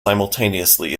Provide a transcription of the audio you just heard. simultaneously